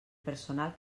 personal